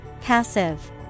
Passive